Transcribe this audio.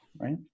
right